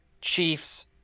Chiefs